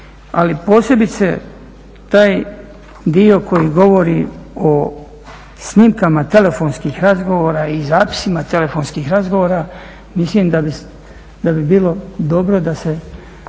Ali posebice taj dio koji govori o snimka telefonskih razgovora i zapisima telefonskih razgovora, mislim da bi bilo dobro da Vlada